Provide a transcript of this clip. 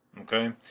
okay